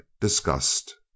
disgust